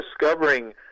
discovering